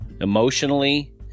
emotionally